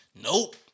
Nope